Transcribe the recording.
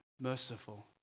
merciful